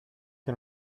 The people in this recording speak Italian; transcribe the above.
che